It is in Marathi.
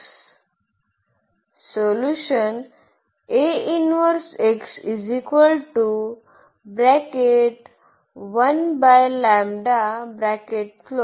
det तर याचा परिणाम असा आहे की A आणि चे समान एगिनव्हॅल्यू असेल